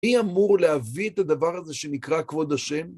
מי אמור להביא את הדבר הזה שנקרא כבוד השם?